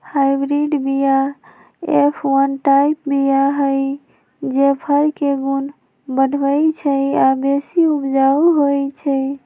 hybrid बीया F one type बीया हई जे फर के गुण बढ़बइ छइ आ बेशी उपजाउ होइ छइ